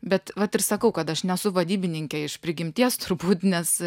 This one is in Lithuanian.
bet vat ir sakau kad aš nesu vadybininkė iš prigimties turbūt nes